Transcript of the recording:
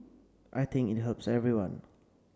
I think it helps everyone